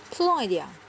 so long already ah